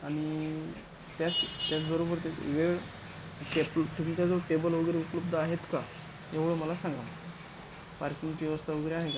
आणि त्याच त्याचबरोबर ते वेळ टे तुमच्या जवळ टेबल वगैरे उपलब्ध आहेत का एवढं मला सांगा पार्किंगची व्यवस्था वगैरे आहे का तिथं